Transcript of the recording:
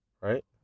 Right